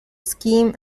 scheme